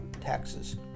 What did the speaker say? taxes